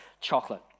chocolate